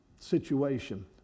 situation